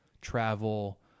travel